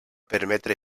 permetre